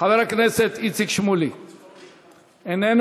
חבר הכנסת איציק שמולי, איננו.